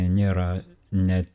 nėra ne